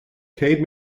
céad